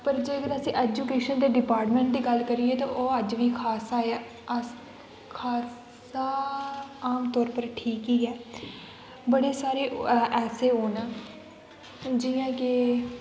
पर जेकर अस एजुकेशन डिपार्टमेंट दी गल्ल करिये ते ओह् अज्ज बी खासा ऐ खासा आमतौर पर ठीक ई ऐ बड़े सारे ऐसे ओह् न जि'यां के